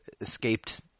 escaped